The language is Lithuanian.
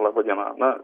laba diena na